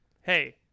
Hey